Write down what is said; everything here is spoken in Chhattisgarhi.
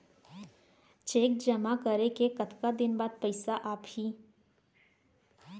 चेक जेमा करे के कतका दिन बाद पइसा आप ही?